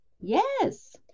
Yes